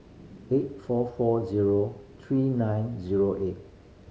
eight four four zero three nine zero eight